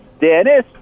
Dennis